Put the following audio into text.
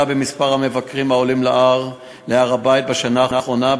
במספר המבקרים העולים להר-הבית בשנה האחרונה,